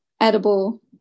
edible